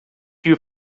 you